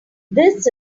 this